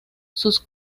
sus